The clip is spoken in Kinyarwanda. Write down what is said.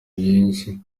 byinshi